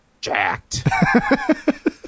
jacked